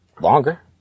longer